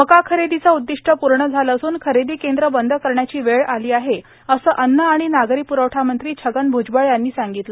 मका खरेदीचं उददिष्ट पूर्ण झालं असून खरेदी केंद्रं बंद करण्याची वेळ आली आहे असं अन्न आणि नागरी पुरवठा मंत्री छगन भुजबळ यांनी सांगितलं